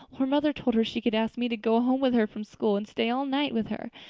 her mother told her she could ask me to go home with her from school and stay all night with her.